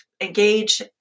engage